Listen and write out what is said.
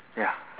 ya